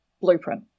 blueprint